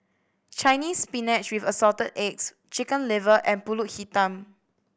Chinese Spinach with Assorted Eggs Chicken Liver and Pulut Hitam